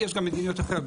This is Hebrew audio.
יש גם מדיניות אחרת.